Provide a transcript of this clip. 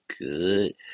good